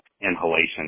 inhalation